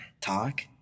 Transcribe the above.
Talk